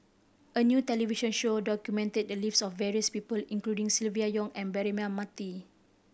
a new television show documented the lives of various people including Silvia Yong and Braema Mathi